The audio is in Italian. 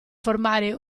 formare